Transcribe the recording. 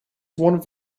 one